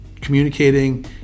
communicating